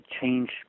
change